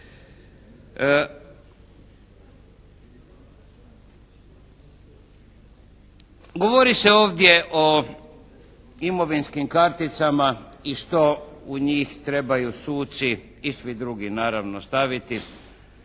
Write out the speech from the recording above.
Govori se ovdje o imovinskim karticama i što u njih trebaju suci i svi drugi, naravno, staviti.